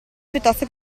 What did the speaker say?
piuttosto